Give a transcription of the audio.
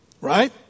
Right